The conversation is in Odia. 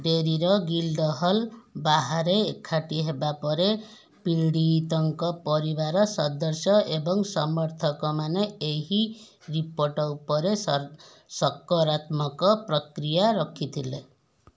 ଡେରୀର ଗିଲ୍ଡ଼ହଲ ବାହାରେ ଏକାଠି ହେବାପରେ ପୀଡ଼ିତଙ୍କ ପରିବାର ସଦସ୍ୟ ଏବଂ ସମର୍ଥକମାନେ ଏହି ରିପୋର୍ଟ ଉପରେ ସ ସକରାତ୍ମକ ପ୍ରକ୍ରିୟା ରଖିଥିଲେ